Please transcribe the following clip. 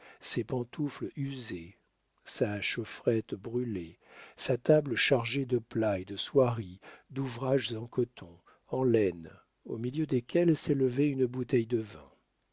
ses pantoufles usées sa chaufferette brûlée sa table chargée de plats et de soieries d'ouvrages en coton en laine au milieu desquels s'élevait une bouteille de vin